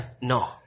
No